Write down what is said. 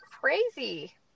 crazy